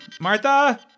Martha